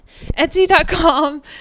Etsy.com